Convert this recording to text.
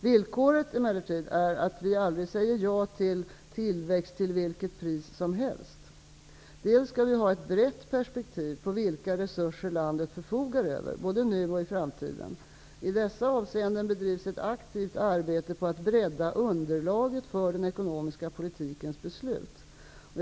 Villkoret, emellertid, är att vi aldrig säger ja till ''tillväxt till vilket pris som helst'': -- Dels skall vi ha ett brett perspektiv på vilka resurser landet förfogar över, både nu och i framtiden. I dessa avseenden bedrivs ett aktivt arbete på att bredda underlaget för den ekonomiska politikens beslut.